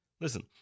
listen